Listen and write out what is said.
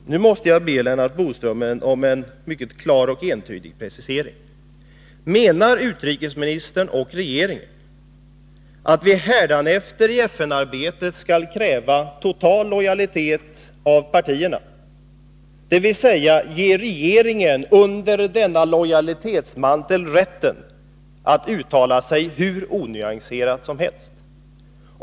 Herr talman! Nu måste jag be Lennart Bodström om en mycket klar och entydig precisering. Menar utrikesministern och regeringen att partierna hädanefter i FN-arbetet skall avkrävas total lojalitet, dvs. att man skall ge regeringen rätten att under denna lojalitetsmantel uttala sig hur onyanserat som helst?